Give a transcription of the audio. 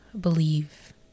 believe